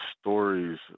stories